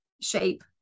shape